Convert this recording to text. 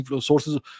sources